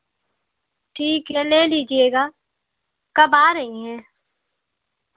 ठीक है ले लीजिएगा कब आ रही हैं